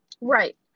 Right